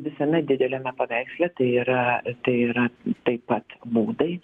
visame dideliame paveiksle tai yra tai yra taip pat būdai